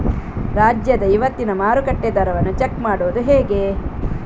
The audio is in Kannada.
ರಾಜ್ಯದ ಇವತ್ತಿನ ಮಾರುಕಟ್ಟೆ ದರವನ್ನ ಚೆಕ್ ಮಾಡುವುದು ಹೇಗೆ?